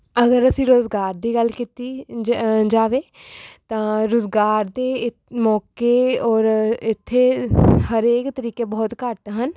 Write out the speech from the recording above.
ਅਗਰ ਅਸੀਂ ਰੋਜ਼ਗਾਰ ਦੀ ਗੱਲ ਕੀਤੀ ਜਾ ਜਾਵੇ ਤਾਂ ਰੁਜ਼ਗਾਰ ਦੇ ਮੌਕੇ ਔਰ ਇੱਥੇ ਹਰੇਕ ਤਰੀਕੇ ਬਹੁਤ ਘੱਟ ਹਨ